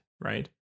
right